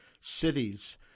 cities